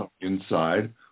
inside